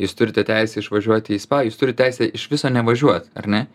jūs turite teisę išvažiuoti į spa turit teisę iš viso nevažiuot ar ne